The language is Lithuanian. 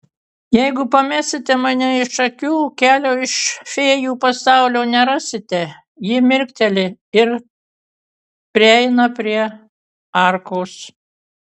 jeigu pamesite mane iš akių kelio iš fėjų pasaulio nerasite ji mirkteli ir prieina prie arkos